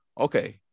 okay